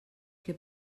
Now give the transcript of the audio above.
que